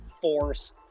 force